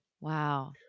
Wow